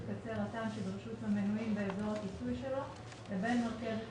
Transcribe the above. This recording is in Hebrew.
קצה רט"ן שברשות המנויים באזור הכיסוי שלו לבין מרכזת